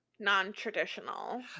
non-traditional